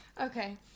Okay